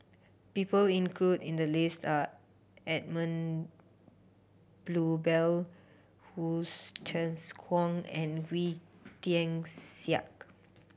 people include in the list are Edmund Blundell Hsu Tse Kwang and Wee Tian Siak